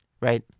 right